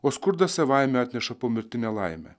o skurdas savaime atneša pomirtinę laimę